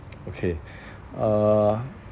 okay uh